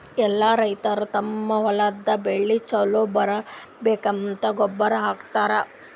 ಎಲ್ಲಾ ರೈತರ್ ತಮ್ಮ್ ಹೊಲದ್ ಬೆಳಿ ಛಲೋ ಬರ್ಬೇಕಂತ್ ಗೊಬ್ಬರ್ ಹಾಕತರ್